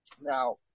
Now